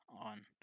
on